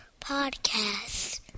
podcast